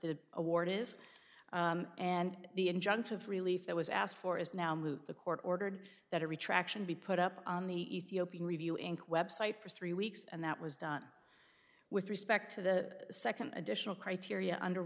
the award is and the injunctive relief that was asked for is now moot the court ordered that a retraction be put up on the ethiopian review in website for three weeks and that was done with respect to the second additional criteria under